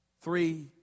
three